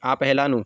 આ પહેલાંનું